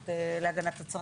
גם עם הרשות להגנת הצרכן,